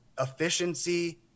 efficiency